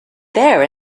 there